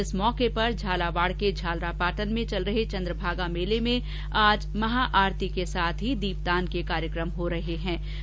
इस मौके पर झालावाड के झालरापाटन में चल रहे चन्द्रभागा मेले में आज शाम महा आरती के साथ ही दीपदान के कार्यक्रम होंगे